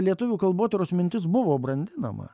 lietuvių kalbotyros mintis buvo brandinama